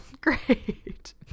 Great